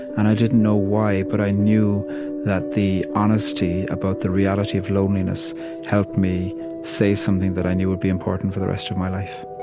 and i didn't know why, but i knew that the honesty about the reality of loneliness helped me say something that i knew would be important for the rest of my life